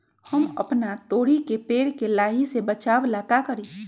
हम अपना तोरी के पेड़ के लाही से बचाव ला का करी?